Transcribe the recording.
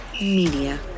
Media